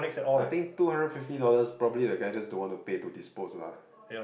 I think two hundred fifty dollars probably the guy just don't want to pay to dispose lah